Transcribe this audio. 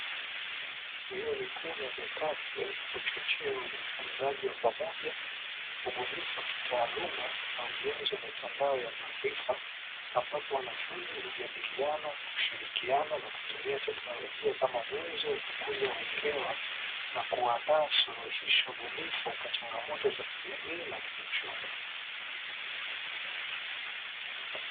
Vyuo vikuu na vya kati, huchochea ujifunzaji wa pamoja, ubunifu wa kitaaluma na ujenzi wa mitandao ya maarifa. Ambapo wanafunzi hujadiliana, kushirikiana na kutumia teknolojia kama nyenzo ya kukuza uelewa na kuandaa suluhisho bunifu, kwa changamoto za kijamii na kiuchumi.